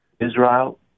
Israel